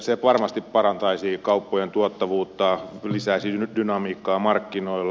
se varmasti parantaisi kauppojen tuottavuutta lisäisi dynamiikkaa markkinoilla